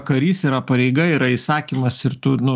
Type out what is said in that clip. karys yra pareiga yra įsakymas ir tu nu